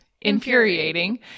Infuriating